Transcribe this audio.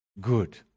good